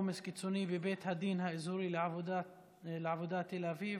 עומס קיצוני בבית הדין האזורי לעבודה בתל אביב,